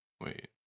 Wait